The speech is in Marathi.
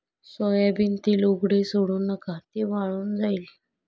सोयाबीन तेल उघडे सोडू नका, ते वाळून जाईल